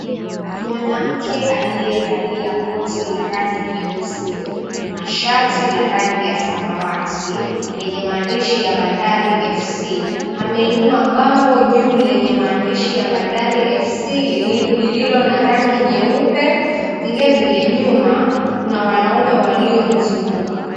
Mwanamke aliyevalia koti la rangi nyeusi na shati la rangi ya samawati lenye maandishi ya "Bandari Fc", ameinua bango juu lenye maandishi ya "Bandari Fc" lililo na rangi nyeupe, vile vile nyuma kuna wanaume waliomzunguka.